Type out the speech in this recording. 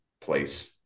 place